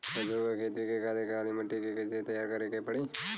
सरसो के खेती के खातिर काली माटी के कैसे तैयार करे के पड़ी?